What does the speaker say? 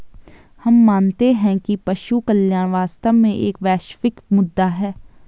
हम मानते हैं कि पशु कल्याण वास्तव में एक वैश्विक मुद्दा है